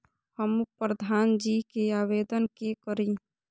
हमू प्रधान जी के आवेदन के करी?